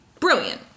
Brilliant